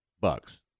Bucks